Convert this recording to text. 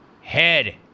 Head